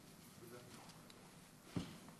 מכובדי השר אינו נמצא, אבל חברי חברי הכנסת,